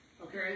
Okay